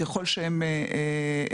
ככל שהם נמצאים.